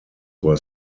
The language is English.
were